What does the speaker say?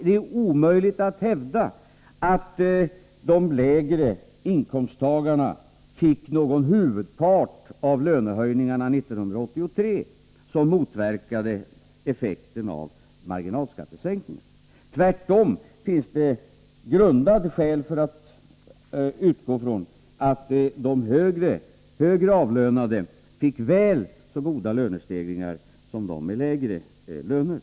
Det är omöjligt att hävda att de lägre inkomsttagarna fick någon huvudpart av lönehöjningarna 1983 som motverkade effekterna av marginalskattesänkningen. Tvärtom finns det stora skäl för att utgå från att de högre avlönade fick väl så stora lönestegringar som de med lägre löner.